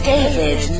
David